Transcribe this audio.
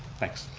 thanks.